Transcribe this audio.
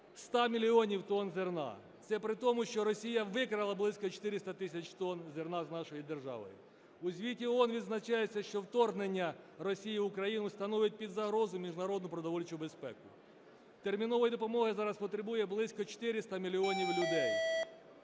100 мільйонів тонн зерна. Це при тому, що Росія викрала близько 400 тисяч тон зерна з нашої держави. У звіті ООН відзначається, що вторгнення Росії в Україну ставить під загрозу міжнародну продовольчу безпеку. Термінової допомоги зараз потребує близько 400 мільйонів людей,